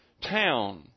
town